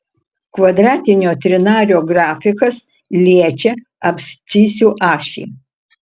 kvadratinio trinario grafikas liečia abscisių ašį